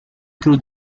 cruz